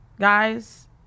guys